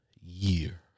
year